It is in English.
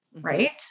Right